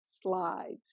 slides